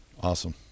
Awesome